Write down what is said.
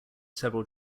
several